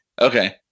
Okay